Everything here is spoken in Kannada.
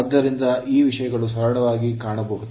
ಆದ್ದರಿಂದ ಈ ವಿಷಯಗಳು ಸರಳವಾಗಿ ಕಾಣಬಹುದು